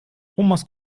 omas